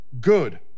good